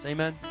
Amen